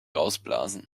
ausblasen